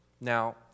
Now